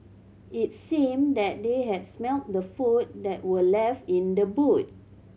it seemed that they had smelt the food that were left in the boot